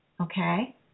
okay